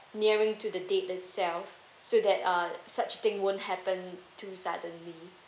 nearing to the date itself so that uh such thing won't happen too suddenly